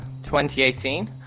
2018